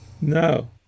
No